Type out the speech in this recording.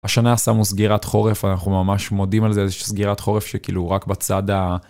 השנה עשמו סגירת חורף, אנחנו ממש מודים על זה, איזושהי סגירת חורף שכאילו רק בצד ה...